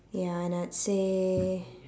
ya and I would say